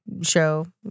show